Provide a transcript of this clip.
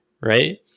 right